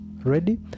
ready